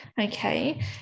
okay